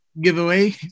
Giveaway